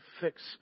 fix